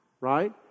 right